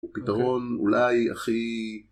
פתרון אולי הכי